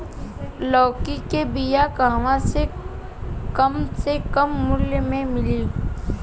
लौकी के बिया कहवा से कम से कम मूल्य मे मिली?